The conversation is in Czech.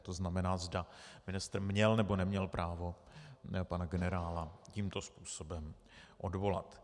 To znamená, zda ministr měl, nebo neměl právo pana generála tímto způsobem odvolat.